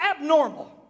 abnormal